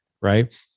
right